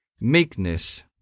meekness